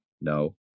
No